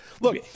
Look